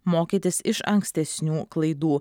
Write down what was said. mokytis iš ankstesnių klaidų